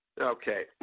Okay